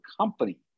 company